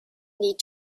need